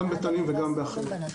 בתנים ובאחרים.